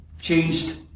changed